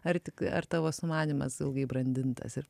ar tik ar tavo sumanymas ilgai brandintas ir